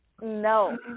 No